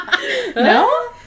No